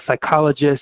psychologist